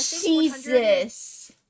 Jesus